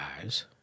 eyes